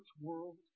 world